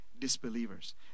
Disbelievers